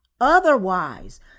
Otherwise